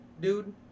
dude